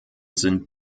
sind